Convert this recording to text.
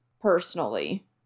personally